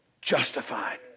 justified